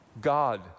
God